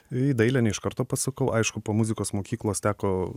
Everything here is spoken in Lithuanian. į dailę ne iš karto pasakau aišku po muzikos mokyklos teko